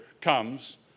comes